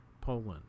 Poland